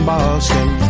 Boston